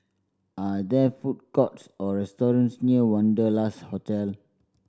are there food courts or restaurants near Wanderlust Hotel